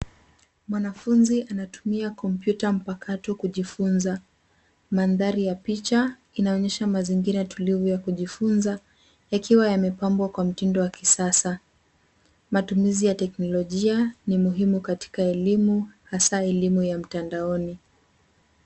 Mwanafunzi anatumia kompyuta mpakato kujifunza. Mandhari ya picha inaonyesha mazingira tulivu ya kujifunza, yakiwa yamepambwa kwa mtindo wa kisasa. Matumizi ya teknolojia ni muhimu katika elimu, hasa katika elimu ya mtandaoni.